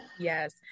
Yes